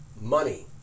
money